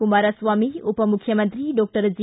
ಕುಮಾರಸ್ತಾಮಿ ಉಪಮುಖ್ಯಮಂತ್ರಿ doctor G